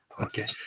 okay